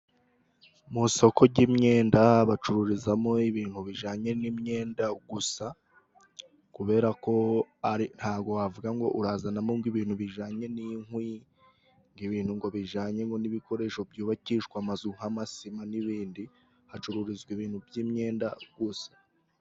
Mu isoko ry'imyenda bacururizamo ibintu bijyanye n'imyenda gusa, kubera ko ntago wavuga ngo urazanamo ibintu bijyanye n'inkwi, ibintu ngo bijyananyemo n'ibikoresho byubakishwa amazu n'amasima n'ibindi, hacururizwa ibintu by'imyenda gusa.